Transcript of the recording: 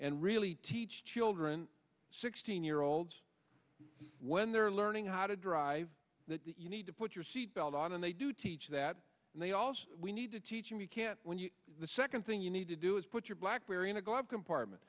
and really teach children sixteen year olds when they're learning how how to drive that you need to put your seatbelt on and they do teach that and they also we need to teach him you can't win you the second thing you need to do is put your blackberry in a glove compartment